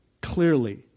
clearly